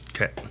Okay